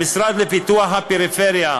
המשרד לפיתוח הפריפריה,